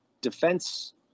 defense